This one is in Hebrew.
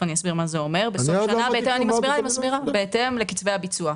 אני אסביר מה זה אומר בסוף שנה בהתאם לקצבי הביצוע.